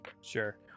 Sure